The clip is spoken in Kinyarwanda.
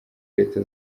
leta